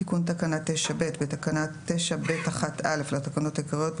תיקון תקנה 9ב6.בתקנה 9ב(1א) לתקנות העיקריות,